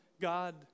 God